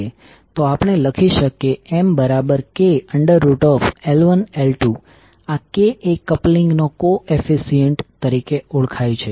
તો આપણે લખી શકીએ MkL1L2 આ k એ કપલીંગનો કોએફીસીઅન્ટ તરીકે ઓળખાય છે